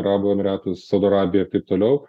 arabų emyratus saudo arabiją ir taip toliau